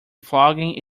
flogging